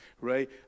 right